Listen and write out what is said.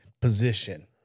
position